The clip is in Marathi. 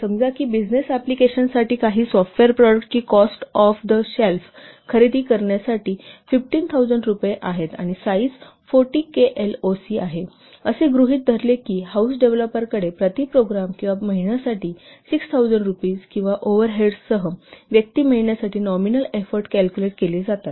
समजा की बिजनेस अप्लिकेशनसाठी काही सॉफ्टवेअर प्रॉडक्टची कॉस्ट ऑफ थ शेल्फ खरेदी करण्यासाठी 15000 रुपये आहे आणि साईज 40 केएलओसि आहे असे गृहित धरले की हाऊस डेव्हलपरकडे प्रति प्रोग्राम किंवा महिन्यासाठी 6000 रुपये किंवा ओव्हरहेड्ससह व्यक्ती महिन्यासाठी नॉमिनल एफोर्ट कॅल्कुलेट केली जाते